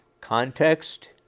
context